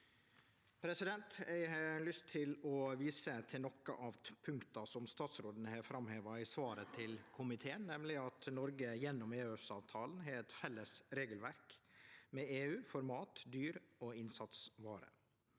fiskehelse. Eg har lyst til å vise til nokre av punkta som statsråden har framheva i svaret til komiteen, nemleg at Noreg gjennom EØS-avtala har eit felles regelverk med EU for mat, dyr og innsatsvarer.